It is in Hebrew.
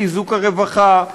בחיזוק הרווחה,